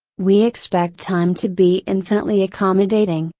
we expect time to be infinitely accommodating,